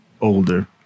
older